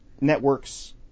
networks